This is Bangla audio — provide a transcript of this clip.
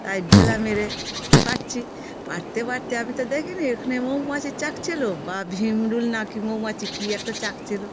তাই ঢেলা মেরে পাড়ছি পাড়তে পাড়তে আমি তো দেখিনি এখানে মৌমাছির চাক ছিলো বা ভিমরুল না কি মৌমাছি কী একটা চাক ছিলো